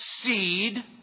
seed